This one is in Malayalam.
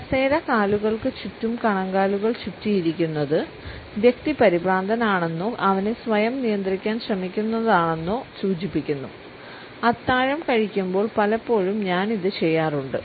കസേര കാലുകൾക്ക് ചുറ്റും കണങ്കാലുകൾ ചുറ്റി ഇരിക്കുന്നത് വ്യക്തി പരിഭ്രാന്തനാണെന്നോ അവനെ സ്വയം നിയന്ത്രിക്കാൻ ശ്രമിക്കുന്നതാണെന്നോ സൂചിപ്പിക്കുന്നു അത്താഴം കഴിക്കുമ്പോൾ പലപ്പോഴും ഞാൻ ഇത് ചെയ്യാറുണ്ട്